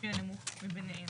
לפי הנמוך מביניהם.